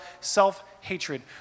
self-hatred